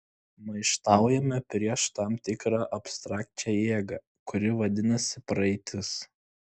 maištaujame prieš tam tikrą abstrakčią jėgą kuri vadinasi praeitis